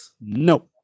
no